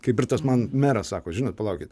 kaip ir tas man meras sako žinot palaukit